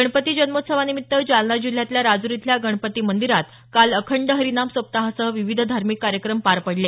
गणपती जन्मोत्सवानिमित्त जालना जिल्ह्यातल्या राजूर इथल्या गणपती मंदिरात काल अखंड हरिनाम सप्ताहासह विविध धार्मिक कार्यक्रम पार पडले